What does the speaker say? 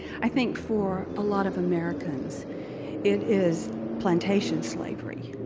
i think for a lot of americans it is plantation slavery,